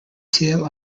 tail